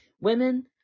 Women